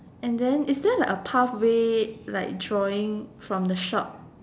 and then is that a pathway like drawing from the shop